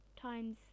times